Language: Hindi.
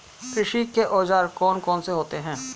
कृषि के औजार कौन कौन से होते हैं?